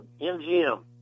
MGM